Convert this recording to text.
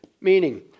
Meaning